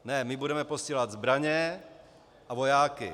Ne, my budeme posílat zbraně a vojáky.